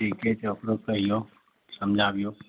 ठीके छै अपनो कहियौ समझाबियौ